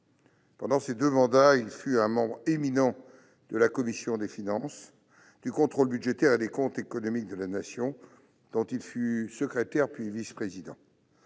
Pendant ses deux mandats, il fut un membre éminent de la commission des finances, du contrôle budgétaire et des comptes économiques de la Nation, dont il fut secrétaire, puis vice-président.